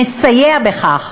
נסייע בכך.